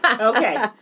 okay